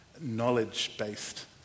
knowledge-based